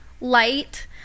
light